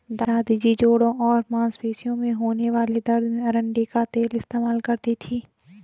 दादी जी जोड़ों और मांसपेशियों में होने वाले दर्द में अरंडी का तेल इस्तेमाल करती थीं